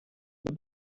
the